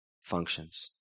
functions